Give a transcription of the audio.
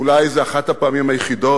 אולי זו אחת הפעמים היחידות,